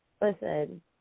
listen